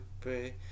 pray